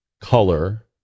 color